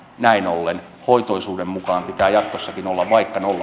näin ollen hoitoisuuden mukaan pitää jatkossakin olla